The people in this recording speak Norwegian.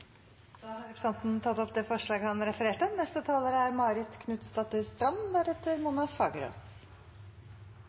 Da har representanten Bjørnar Moxnes tatt opp det forslaget han refererte til. Det oversendte forslaget om helseforetaksmodellen er